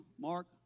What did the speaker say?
Mark